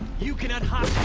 you cannot hide.